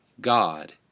God